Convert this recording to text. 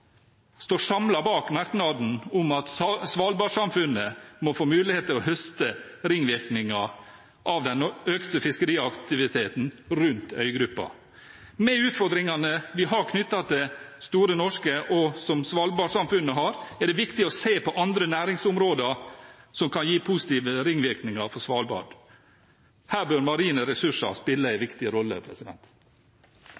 merknaden om at Svalbard-samfunnet må få mulighet til å høste ringvirkninger av den økte fiskeriaktiviteten rundt øygruppen. Med de utfordringene vi har knyttet til Store Norske, og som Svalbard-samfunnet har, er det viktig å se på andre næringsområder som kan gi positive ringvirkninger for Svalbard. Her bør marine ressurser spille